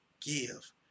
Give